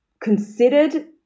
considered